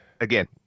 again